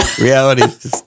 Reality